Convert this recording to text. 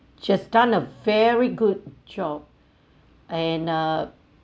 she had done a very good job and uh